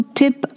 tip